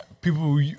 People